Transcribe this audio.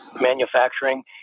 manufacturing